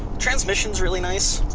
transmission's really nice.